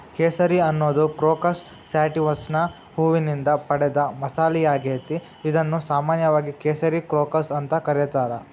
ಕೇಸರಿ ಅನ್ನೋದು ಕ್ರೋಕಸ್ ಸ್ಯಾಟಿವಸ್ನ ಹೂವಿನಿಂದ ಪಡೆದ ಮಸಾಲಿಯಾಗೇತಿ, ಇದನ್ನು ಸಾಮಾನ್ಯವಾಗಿ ಕೇಸರಿ ಕ್ರೋಕಸ್ ಅಂತ ಕರೇತಾರ